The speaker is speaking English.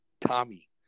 Tommy